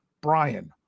Brian